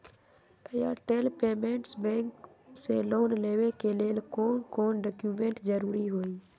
Airtel payments bank से loan लेवे के ले कौन कौन डॉक्यूमेंट जरुरी होइ?